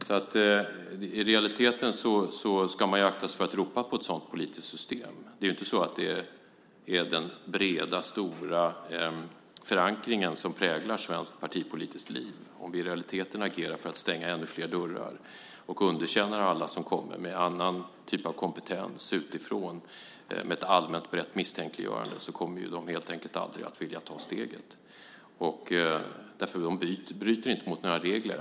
I realiteten ska man akta sig för att ropa på ett sådant politiskt system. Det är inte så att den breda stora förankringen präglar svenskt partipolitiskt liv. Om vi i realiteten agerar för att stänga ännu fler dörrar och underkänner alla som kommer med annan typ av kompetens utifrån med ett allmänt brett misstänkliggörande kommer de helt enkelt aldrig att vilja ta steget. De bryter inte mot några regler.